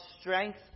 strength